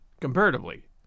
comparatively